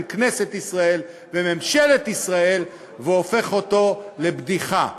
כנסת ישראל וממשלת ישראל והופך אותו לבדיחה.